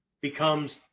becomes